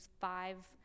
five—